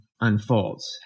unfolds